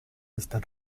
están